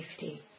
safety